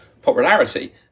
Popularity